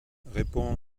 répond